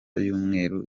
y’umweru